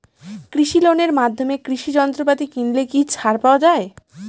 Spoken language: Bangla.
কৃষি লোনের মাধ্যমে কৃষি যন্ত্রপাতি কিনলে কি ছাড় পাওয়া যায়?